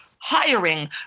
hiring